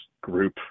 group